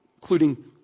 including